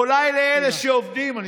אולי לאלה שעובדים, תודה.